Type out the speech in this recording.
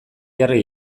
jarri